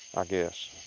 ah guess